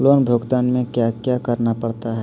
loan भुगतान में क्या क्या करना पड़ता है